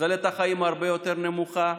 תוחלת החיים הרבה יותר נמוכה.